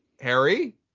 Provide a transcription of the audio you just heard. Harry